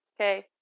Okay